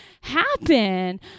happen